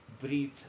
breathe